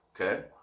Okay